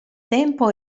tempo